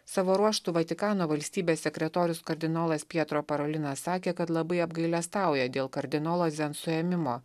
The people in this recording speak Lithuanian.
savo ruožtu vatikano valstybės sekretorius kardinolas pietro parolinas sakė kad labai apgailestauja dėl kardinolo zen suėmimo